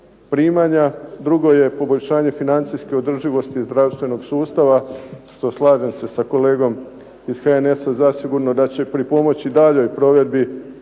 primanja, drugo je poboljšanje financijske održivosti zdravstvenog sustava što slažem se s kolegom iz HNS-a zasigurno da će pripomoći daljnjoj provedbi